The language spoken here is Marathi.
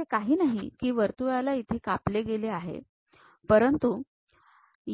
असे काही नाही की वर्तुळाला इथे कापले गेले आहे परंतु